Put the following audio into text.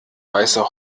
weiße